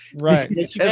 Right